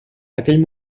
aquell